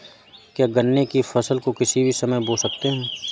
क्या गन्ने की फसल को किसी भी समय बो सकते हैं?